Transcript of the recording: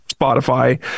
Spotify